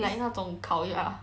like 那种烤鸭